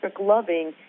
loving